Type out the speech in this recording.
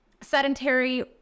sedentary